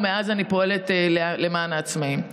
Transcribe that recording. ומאז אני פועלת למען העצמאים.